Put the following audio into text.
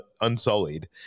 unsullied